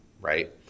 right